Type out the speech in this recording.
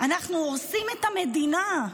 אנחנו הורסים את המדינה.